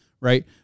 Right